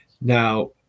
Now